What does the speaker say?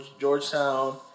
Georgetown